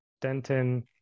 Denton